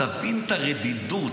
תבין את הרדידות,